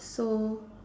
so